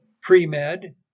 pre-med